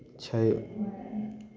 छै